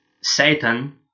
Satan